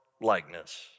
likeness